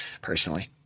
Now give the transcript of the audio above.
personally